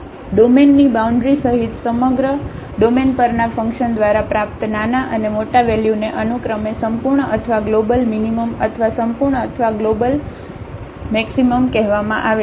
તેથી ડોમેનની બાઉન્ડ્રી સહિત સમગ્ર ડોમેન પરના ફંકશન દ્વારા પ્રાપ્ત નાના અને મોટા વેલ્યુને અનુક્રમે સંપૂર્ણ અથવા ગ્લોબલ મીનીમમઅથવા સંપૂર્ણ અથવા ગ્લોબલ મેક્સિમમ કહેવામાં આવે છે